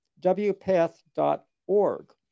WPATH.org